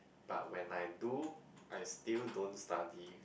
but when I do I still don't study